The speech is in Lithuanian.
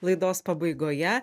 laidos pabaigoje